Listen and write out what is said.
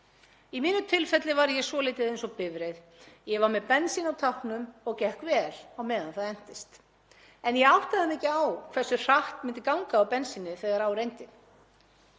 Í mínu tilfelli var ég svolítið eins og bifreið; ég var með bensín á tanknum og gekk vel á meðan það entist, en ég áttaði mig ekki á hversu hratt myndi ganga á bensínið þegar á reyndi.